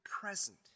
present